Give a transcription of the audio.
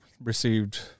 received